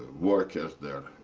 workers there.